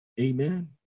Amen